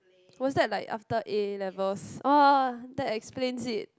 was that like after A-levels !wah! that explains it